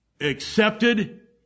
accepted